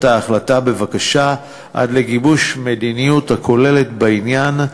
ההחלטה בבקשה עד לגיבוש מדיניות כוללת בעניין.